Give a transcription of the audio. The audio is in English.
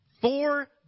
Four